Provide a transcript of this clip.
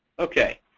ok.